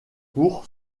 pour